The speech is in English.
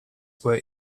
were